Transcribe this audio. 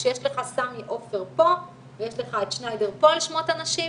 כשיש לך סמי עופר פה ויש לך את שניידר פה על שמות אנשים,